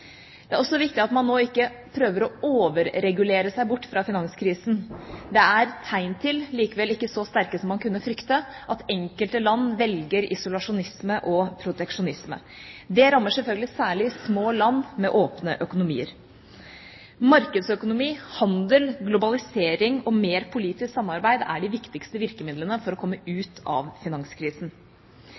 Det er også viktig at man nå ikke prøver å overregulere seg bort fra finanskrisen. Det er tegn til – likevel ikke så sterke som man kunne frykte – at enkelte land velger isolasjonisme og proteksjonisme. Det rammer selvfølgelig særlig små land med åpne økonomier. Markedsøkonomi, handel, globalisering og mer politisk samarbeid er de viktigste virkemidlene for å komme ut av finanskrisen.